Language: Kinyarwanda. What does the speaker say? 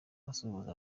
asuhuza